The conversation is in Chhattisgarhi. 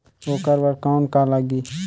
ओकर बर कौन का लगी?